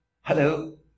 Hello